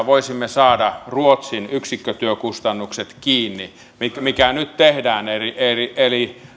voisimme saada ruotsin yksikkötyökustannukset kiinni jo tällä ratkaisulla mikä nyt tehdään eli eli